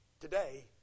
Today